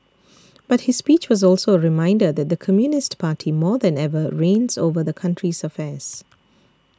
but his speech was also a reminder that the Communist Party more than ever reigns over the country's affairs